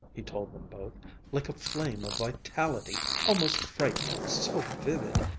he told them both like a flame of vitality almost frightening so vivid.